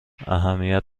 اهمیت